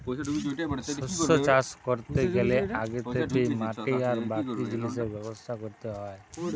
শস্য চাষ ক্যরতে গ্যালে আগে থ্যাকেই মাটি আর বাকি জিলিসের ব্যবস্থা ক্যরতে হ্যয়